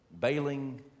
bailing